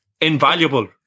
invaluable